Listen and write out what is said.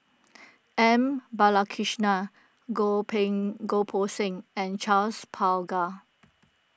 M Balakrishnan Goh Ping Goh Poh Seng and Charles Paglar